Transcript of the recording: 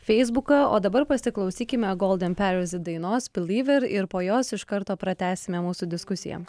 feisbuką o dabar pasiklausykime golden paris dainos believer ir po jos iš karto pratęsime mūsų diskusiją